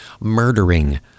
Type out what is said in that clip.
murdering